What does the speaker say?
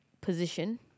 position